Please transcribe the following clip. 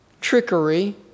trickery